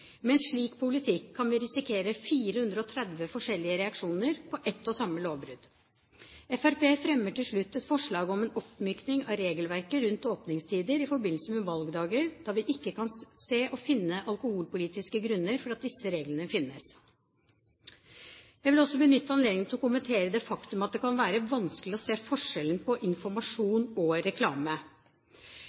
Med en slik politikk kan vi risikere 430 forskjellige reaksjoner på ett og samme lovbrudd. Fremskrittspartiet fremmer til slutt et forslag om en oppmykning av regelverket rundt åpningstider i forbindelse med valgdager, da vi ikke kan se alkoholpolitiske grunner for at disse reglene finnes. Jeg vil også benytte anledningen til kommentere det faktum at det kan være vanskelig å se forskjellen på informasjon og reklame.